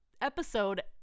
episode